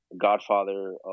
Godfather